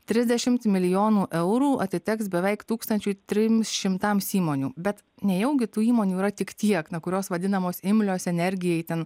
trisdešimt milijonų eurų atiteks beveik tūkstančiui trims šimtams įmonių bet nejaugi tų įmonių yra tik tiek na kurios vadinamos imlios energijai ten